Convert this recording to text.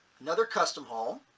another custom home.